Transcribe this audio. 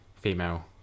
female